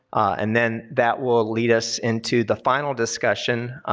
and then that will lead us into the final discussion